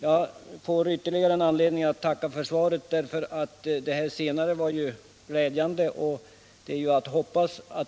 Herr talman! Jag tackar för det senaste glädjande beskedet.